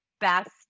best